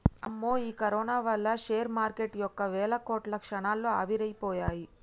అమ్మో ఈ కరోనా వల్ల షేర్ మార్కెటు యొక్క వేల కోట్లు క్షణాల్లో ఆవిరైపోయాయి